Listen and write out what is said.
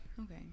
Okay